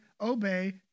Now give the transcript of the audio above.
obey